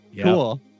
Cool